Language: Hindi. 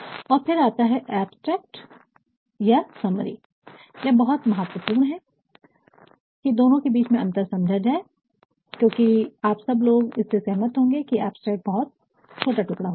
और फिर आता है अब्स्ट्रक्ट या समरी abstract or summaryसारांश यह बहुत महत्वपूर्ण है कि दोनों के बीच में अंतर समझा जाए क्योंकि आप सब लोग इससे सहमत होंगे कि अब्स्ट्रक्ट बहुत छोटा टुकड़ा होता है